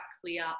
clear